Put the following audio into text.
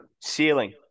Ceiling